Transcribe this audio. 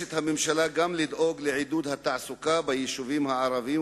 נדרשת הממשלה גם לדאוג לעידוד התעסוקה ביישובים הערביים,